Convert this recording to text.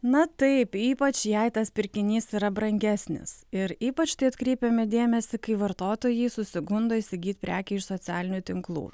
na taip ypač jei tas pirkinys yra brangesnis ir ypač tai atkreipiame dėmesį kai vartotojai susigundo įsigyt prekę iš socialinių tinklų